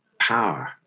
power